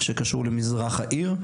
שקשור למזרח העיר,